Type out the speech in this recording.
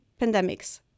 pandemics